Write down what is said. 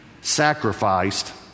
sacrificed